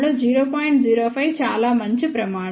05 చాలా మంచి ప్రమాణం